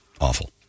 Awful